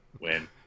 Win